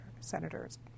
senators